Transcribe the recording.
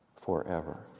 forever